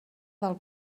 del